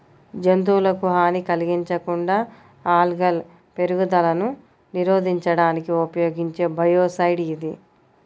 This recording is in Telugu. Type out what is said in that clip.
జంతువులకు హాని కలిగించకుండా ఆల్గల్ పెరుగుదలను నిరోధించడానికి ఉపయోగించే బయోసైడ్ ఇది